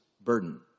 burden